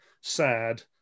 sad